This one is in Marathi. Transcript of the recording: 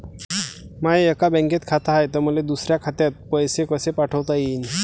माय एका बँकेत खात हाय, त मले दुसऱ्या खात्यात पैसे कसे पाठवता येईन?